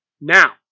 Now